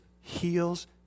heals